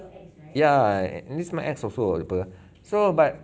ya this my acts also apa so but